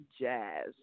Jazz